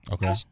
Okay